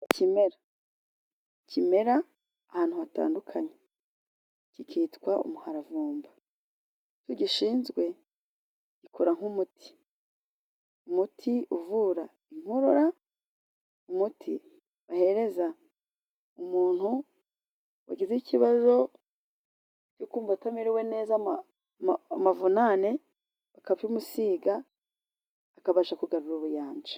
Ikimera kimera ahantu hatandukanye kikitwa umuharavumba. Tugishinzwe gikora nk'umuti, umuti uvura inkorora, umuti bahereza umuntu wagize ikibazo cyo kumva atamerewe neza, amavunane bakavumusiga akabasha kugarura ubuyanja.